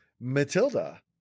matilda